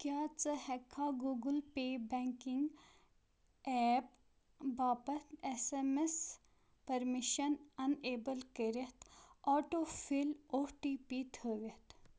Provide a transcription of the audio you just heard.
کیٛاہ ژٕ ہٮ۪کھا گوٗگٕل پے بینٛگِنگ اَیٚپ باپتھ S M S permission enable کٔرِتھ autofill O T P تھٲوِتھ